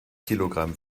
kilogramm